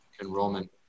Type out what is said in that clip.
enrollment